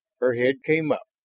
her head came up,